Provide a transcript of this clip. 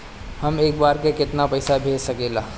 हम एक बार में केतना पैसा भेज सकिला?